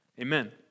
Amen